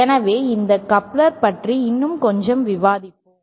எனவே இந்த கப்ளர்கள் பற்றி இன்னும் கொஞ்சம் விவாதிப்போம்